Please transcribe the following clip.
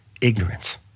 ignorance